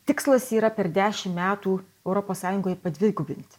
tikslas yra per dešim metų europos sąjungoj padvigubint